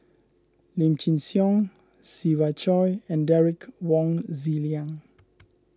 Lim Chin Siong Siva Choy and Derek Wong Zi Liang